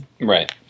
Right